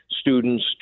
students